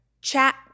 chat